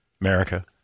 America